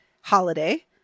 holiday